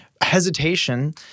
hesitation